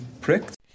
pricked